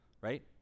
right